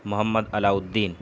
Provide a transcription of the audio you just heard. محمد علا الدین